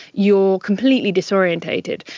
you're completely disorientated.